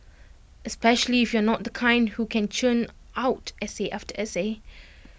especially if you're not the kind who can churn out essay after essay